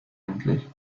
endlich